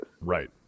Right